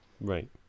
Right